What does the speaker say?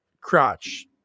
crotch